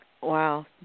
Wow